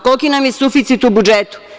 Koliki nam je suficit u budžetu?